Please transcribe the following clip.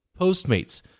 Postmates